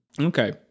Okay